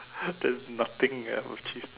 there's nothing that I have achieved